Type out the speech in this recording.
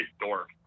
dork